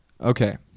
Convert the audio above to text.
Okay